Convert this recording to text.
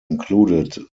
included